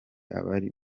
abiri